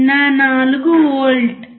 04 volt